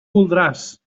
voldràs